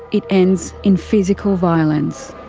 it ends in physical violence.